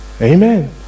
Amen